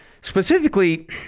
Specifically